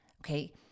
Okay